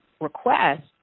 Request